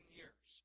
years